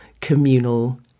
communal